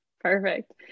perfect